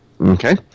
Okay